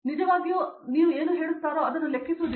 ಅವರು ನಿಜವಾಗಿಯೂ ನೀವು ಏನು ಹೇಳುತ್ತಾರೋ ಅದನ್ನು ಲೆಕ್ಕಿಸುವುದಿಲ್ಲ